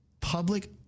public